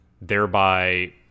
thereby